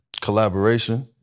Collaboration